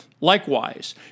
Likewise